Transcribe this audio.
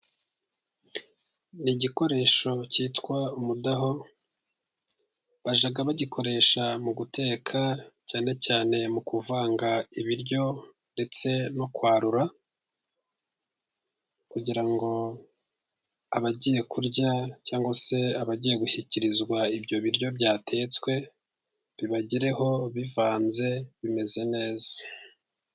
Igikoresho cyitwa umudaho, bajyaga bagikoresha mu guteka, cyane cyane mu kuvanga ibiryo, ndetse no kwarura, kugira ngo abagiye kurya, cyangwa se abagiye gushyikirizwa ibyo biryo byatetswe, bibagereho bivanze bimeze neza.